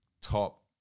top